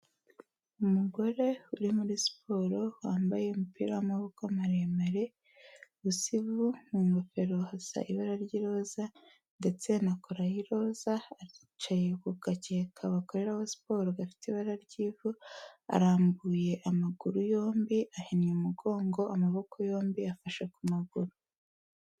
Umugore uri muri siporo wambaye umupira w'amaboko maremare usa ivu, mu ngofero hasa ibara ry'iroza ndetse na kora y'iroza, aricaye ku gakeka bakoreraho siporo gafite ibara ry'ivu, arambuye amaguru yombi, ahinnye umugongo, amaboko yombi afashe ku maguru.